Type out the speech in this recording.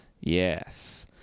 Yes